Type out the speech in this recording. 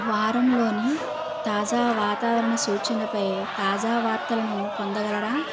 వారంలోని తాజా వాతావరణ సూచనపై తాజా వార్తలను పొందగలరా